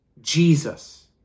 Jesus